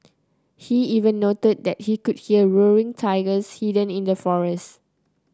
he even noted that he could hear roaring tigers hidden in the forest